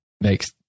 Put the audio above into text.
Makes